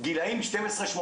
גילאים 12-18,